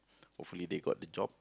hopefully they got the job